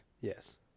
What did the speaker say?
Yes